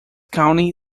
county